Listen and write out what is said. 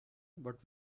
but